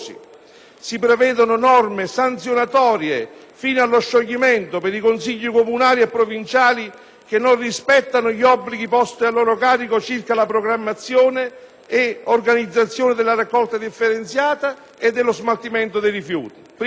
si prevedono norme sanzionatorie, fino allo scioglimento, per i consigli comunali e provinciali che non rispettano gli obblighi posti a loro carico circa la programmazione ed organizzazione della raccolta differenziata e dello smaltimento dei rifiuti.